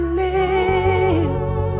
lips